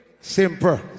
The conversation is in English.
simple